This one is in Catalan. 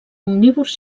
omnívors